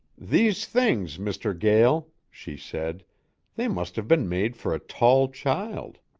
these things, mr. gael, she said they must have been made for a tall child.